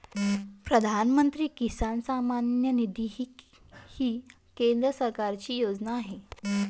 प्रधानमंत्री किसान सन्मान निधी ही केंद्र सरकारची योजना आहे